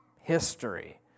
history